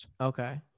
Okay